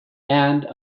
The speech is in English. and